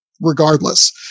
regardless